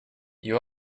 you